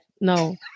no